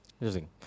Interesting